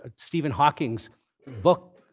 ah stephen hawking's book,